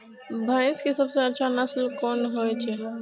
भैंस के सबसे अच्छा नस्ल कोन होय छे?